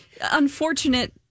unfortunate